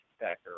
backer